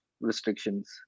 restrictions